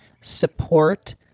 support